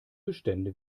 bestände